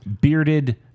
bearded